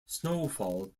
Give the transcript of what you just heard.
snowfall